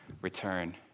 return